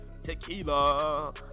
Tequila